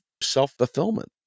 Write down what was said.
self-fulfillment